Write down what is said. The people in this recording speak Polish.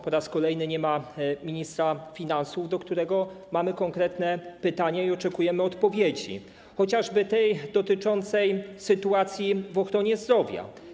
Po raz kolejny nie ma ministra finansów, do którego mamy konkretne pytania i od którego oczekujemy odpowiedzi, chociażby tej dotyczącej sytuacji w ochronie zdrowia.